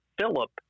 philip